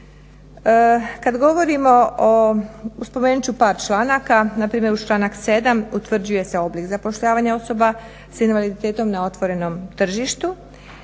Kad govorimo o, spomenut ću par članaka, npr. uz članak 7. utvrđuje se oblik zapošljavanja osoba s invaliditetom na otvorenom tržištu.